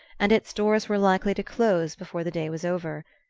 and its doors were likely to close before the day was over.